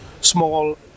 small